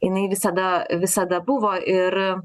jinai visada visada buvo ir